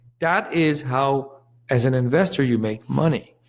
that is how as an investor you make money,